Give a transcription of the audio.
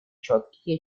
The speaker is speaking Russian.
четкие